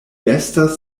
estas